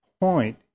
point